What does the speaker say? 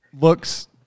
looks